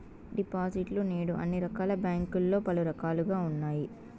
డిపాజిట్లు నేడు అన్ని రకాల బ్యాంకుల్లో పలు రకాలుగా ఉన్నాయి